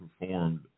performed